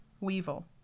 Weevil